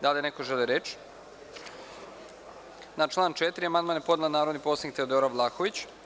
Da li neko želi reč? (Ne.) Na član 4. amandman je podnela narodni poslanik Teodora Vlahović.